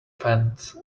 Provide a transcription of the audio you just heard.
fence